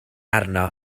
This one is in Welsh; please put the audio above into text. arno